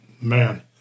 man